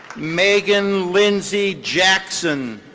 meghan lindsey jackson.